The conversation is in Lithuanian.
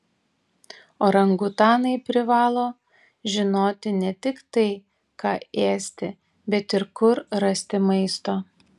orangutanai privalo žinoti ne tik tai ką ėsti bet ir kur rasti maisto